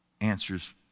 answers